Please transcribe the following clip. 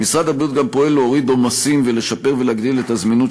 גם פועל להוריד עומסים ולשפר ולהגדיל את הזמינות